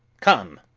come,